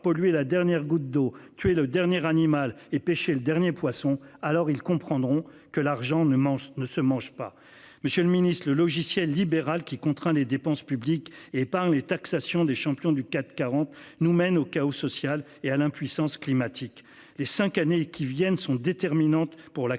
pollué la dernière goutte d'eau tué le dernier animal et pêché le dernier poisson alors ils comprendront que l'argent ne manque ne se mange pas Monsieur le Ministre. Le logiciel libéral qui contraint les dépenses publiques et par les taxations des champions du CAC 40 nous mène au chaos social et à l'impuissance climatique les 5 années qui viennent sont déterminantes pour la